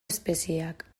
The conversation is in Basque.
espezieak